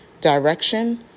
Direction